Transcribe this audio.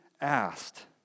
asked